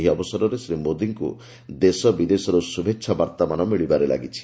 ଏହି ଅବସରରେ ଶ୍ରୀ ମୋଦୀଙ୍କୁ ଦେଶବିଦେଶରୁ ଶୁଭେଚ୍ଛା ବାର୍ତ୍ତାମାନ ମିଳିବାରେ ଲାଗିଛି